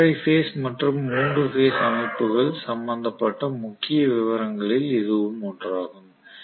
எனவே ஒற்றை பேஸ் மற்றும் 3 பேஸ் அமைப்புகள் சம்பந்தப்பட்ட முக்கிய விவரங்களில் இதுவும் ஒன்றாகும்